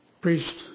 priest